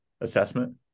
assessment